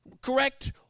correct